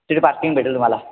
तिथे पार्किंग भेटेल तुम्हाला